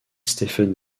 stephen